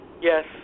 Yes